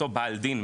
אותו בעל דין,